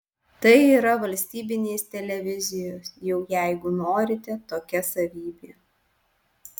tai yra valstybinės televizijos jau jeigu norite tokia savybė